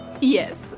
Yes